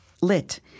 Lit